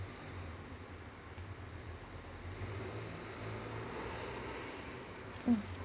mm